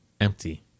Empty